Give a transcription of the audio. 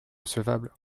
recevable